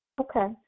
okay